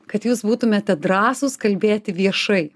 kad jūs būtumėte drąsūs kalbėti viešai